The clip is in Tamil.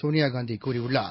சோனியாகாந்திகூறியுள்ளார்